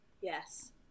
Yes